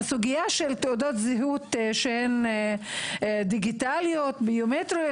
הסוגיה של תעודות זהות שהן דיגיטליות או ביומטריות,